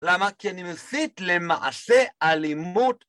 למה כי אני מסית למעשה אלימות?